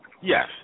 yes